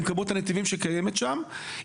עם כמות הנתיבים שקיימת שם,